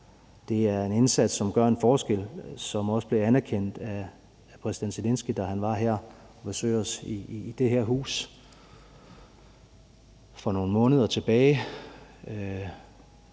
Det er en indsats, som gør en forskel, som også blev anerkendt af præsident Zelenskyj, da han var her at besøge os i det her hus for nogle måneder tilbage,